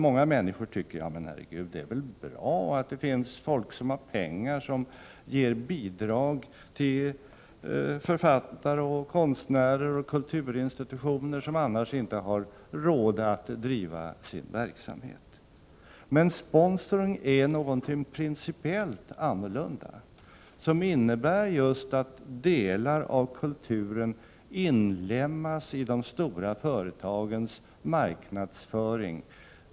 Många människor tycker: Herregud, det är väl bra att det finns folk som har pengar som ger bidrag till författare, konstnärer och kulturella institutioner som annars inte har råd att driva sin verksamhet. Men sponsring är någonting principiellt annorlunda. Det innebär att delar av kulturen inlemmas i de stora företagens marknadsföring.